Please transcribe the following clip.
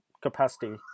capacity